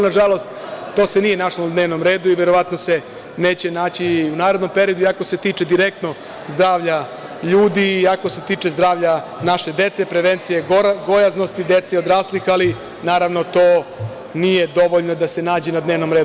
Nažalost, to se nije našlo na dnevnom redu i verovatno se neće naći i u narednom periodu, iako se direktno tiče zdravlja ljudi i ako se tiče zdravlja naše dece, prevencije gojaznosti dece i odraslih, ali naravno to nije dovoljno da se nađe na dnevnom redu.